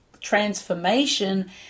Transformation